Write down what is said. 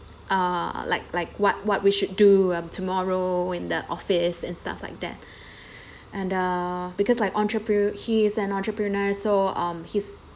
uh like like what what we should do um tomorrow in the office and stuff like that and uh because like entrepre~ he is an entrepreneur so um his